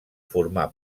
formar